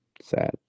Sad